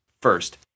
first